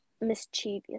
Mischievous